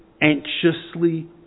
anxiously